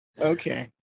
Okay